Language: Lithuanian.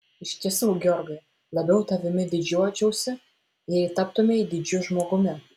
iš tiesų georgai labiau tavimi didžiuočiausi jei taptumei didžiu žmogumi